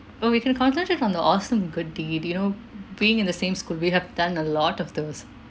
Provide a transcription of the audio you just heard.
or we can concentrate on the awesome good deed you know being in the same school we have done a lot of those